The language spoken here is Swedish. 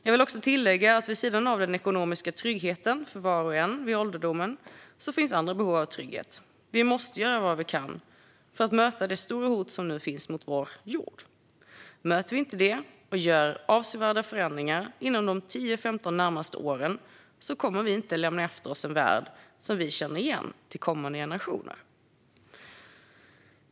Jag vill också tillägga att det vid sidan av den ekonomiska tryggheten för var och en vid ålderdomen finns andra behov av trygghet. Vi måste göra vad vi kan för att möta det stora hot som nu finns mot vår jord. Möter vi det inte och gör avsevärda förändringar inom de 10-15 närmaste åren kommer vi inte att lämna efter oss en värld som vi känner igen till kommande generationer.